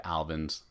Alvin's